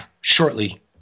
shortly